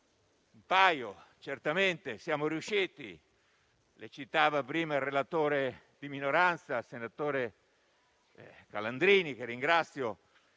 di volte certamente ci siamo riusciti. Li citava prima il relatore di minoranza, il senatore Calandrini, che ringrazio,